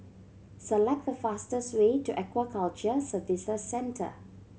select the fastest way to Aquaculture Services Centre